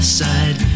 side